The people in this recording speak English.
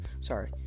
Sorry